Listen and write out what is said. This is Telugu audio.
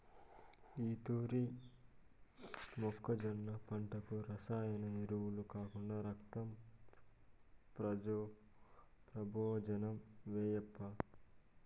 ఈ తూరి మొక్కజొన్న పంటకు రసాయన ఎరువులు కాకుండా రక్తం ప్రబోజనం ఏయప్పా